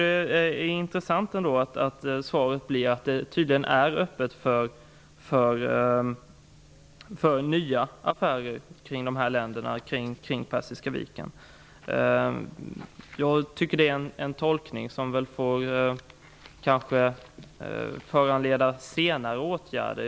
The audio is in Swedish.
Det är intressant att svaret tydligen blir att det är öppet för nya affärer med dessa länder kring Persiska viken. Det är en tolkning som kanske får föranleda senare åtgärder.